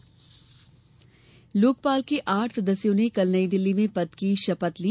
लोकपाल शपथ लोकपाल के आठ सदस्यों ने कल नई दिल्ली में पद की शपथ ली